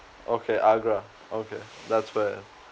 okay agra okay that's where